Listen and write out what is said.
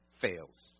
fails